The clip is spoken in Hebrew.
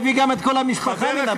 היה מביא גם את כל המשפחה מהבית,